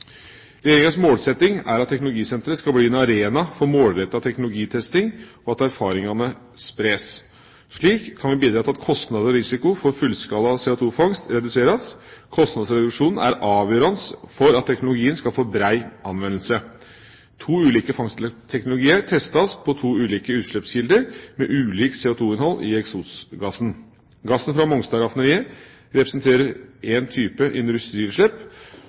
Regjeringas målsetting er at teknologisenteret skal bli en arena for målrettet teknologitesting, og at erfaringene spres. Slik kan vi bidra til at kostnad og risiko for fullskala CO2-fangst reduseres. Kostnadsreduksjonen er avgjørende for at teknologien skal få bred anvendelse. To ulike fangstteknologier testes på to ulike utslippskilder med ulikt CO2-innhold i eksosgassen. Gassen fra Mongstad-raffineriet representerer én type industriutslipp.